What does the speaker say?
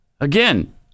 Again